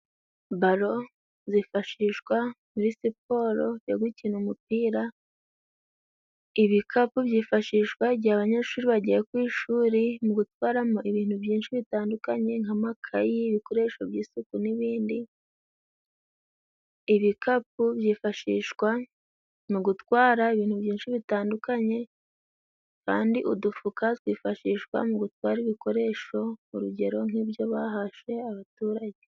Balo zifashishwa muri siporo yo gukina umupira, ibikapu byifashishwa igihe abanyeshuri bagiye ku ishuri mu gutwaramo ibintu byinshi bitandukanye nk'amakayi, ibikoresho by'isuku n'ibindi, ibikapu byifashishwa mu gutwara ibintu byinshi bitandukanye kandi udufuka twifashishwa mu gutwara ibikoresho urugero: nk'ibyo bahashe abaturage.